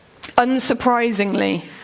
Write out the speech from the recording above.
Unsurprisingly